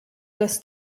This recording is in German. das